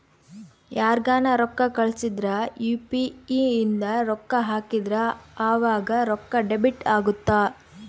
ಯಾರ್ಗನ ರೊಕ್ಕ ಕಳ್ಸಿದ್ರ ಯು.ಪಿ.ಇ ಇಂದ ರೊಕ್ಕ ಹಾಕಿದ್ರ ಆವಾಗ ರೊಕ್ಕ ಡೆಬಿಟ್ ಅಗುತ್ತ